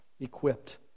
equipped